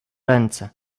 ręce